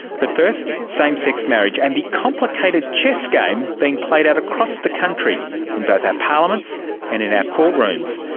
but first, same-sex marriage, and the complicated chess game being played out across the country in both our parliaments and in our courtrooms.